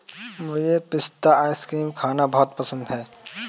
मुझे पिस्ता आइसक्रीम खाना बहुत पसंद है